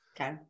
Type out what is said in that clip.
okay